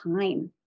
time